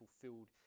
fulfilled